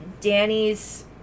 Danny's